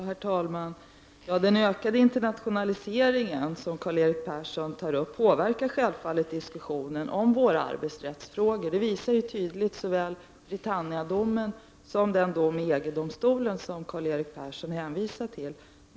Herr talman! Den ökade internationalisering som Karl-Erik Persson tar upp påverkar självfallet diskussionen om våra arbetsrättsfrågor. Detta framgår tydligt av såväl Britannia-domen som den dom i EG-domstolen som Karl-Erik Persson hänvisar till.